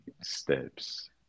steps